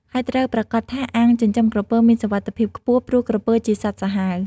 ហើយត្រូវប្រាកដថាអាងចិញ្ចឹមក្រពើមានសុវត្ថិភាពខ្ពស់ ព្រោះក្រពើជាសត្វសាហាវ។